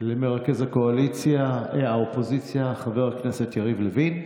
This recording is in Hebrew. למרכז האופוזיציה חבר הכנסת יריב לוין,